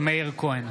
מאיר כהן,